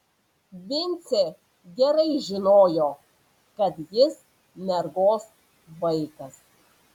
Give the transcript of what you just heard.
vincė gerai žinojo kad jis mergos vaikas